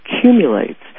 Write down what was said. accumulates